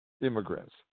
immigrants